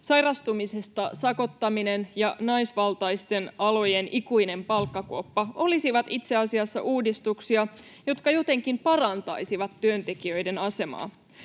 sairastumisista sakottaminen ja naisvaltaisten alojen ikuinen palkkakuoppa olisivat itse asiassa uudistuksia, jotka jotenkin parantaisivat työntekijöiden asemaa.